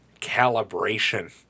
calibration